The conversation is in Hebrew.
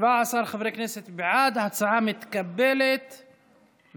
להעביר את הצעת חוק הסיוע המשפטי (תיקון,